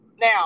Now